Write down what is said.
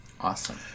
Awesome